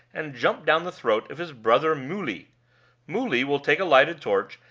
and jump down the throat of his brother muli muli will take a lighted torch,